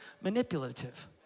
manipulative